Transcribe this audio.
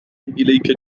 إليك